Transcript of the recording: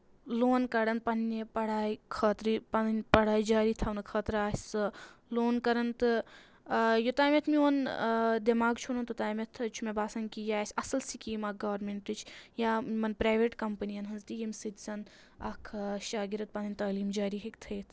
لون کَڑان پَنٕنہِ پڑایہِ خٲطرٕ پَنٕنۍ پڑاے جاری تھاونہٕ خٲطرٕ آسہِ سُہ لون کَران تہٕ یوتامَتھ میون دؠماغ چھُنہٕ توتامَتھ چھُ مےٚ باسان کہِ یہِ آسہِ اَصٕل سِکیٖم اَکھ گورمنٹٕچۍ یا یِمَن پرٛایویٹ کَمپٔنیَن ہٕنٛز تہِ ییٚمہِ سۭتۍ زَن اَکھ شاگِرد پَنٕنۍ تعلیٖم جاری ہیٚکہِ تھٲوِتھ